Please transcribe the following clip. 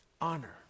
honor